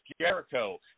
Jericho